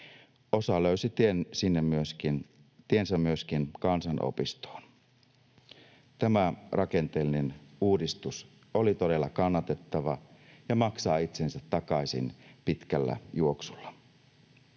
Osa löysi tiensä myöskin kansanopistoon. Tämä rakenteellinen uudistus oli todella kannatettava ja maksaa itsensä takaisin pitkällä juoksulla.